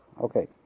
Okay